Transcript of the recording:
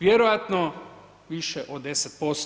Vjerojatno više od 10%